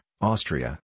Austria